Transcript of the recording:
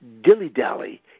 dilly-dally